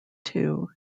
too